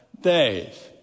days